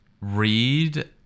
Read